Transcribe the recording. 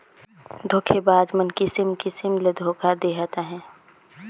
धोखेबाज मन किसिम किसिम ले धोखा देहत अहें